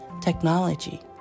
technology